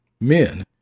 Men